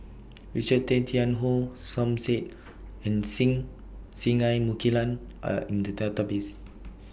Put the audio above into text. Richard Tay Tian Hoe Som Said and Singai Mukilan Are in The Database